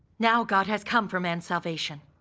now god has come for man's salvation.